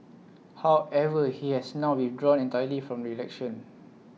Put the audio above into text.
however he has now withdrawn entirely from election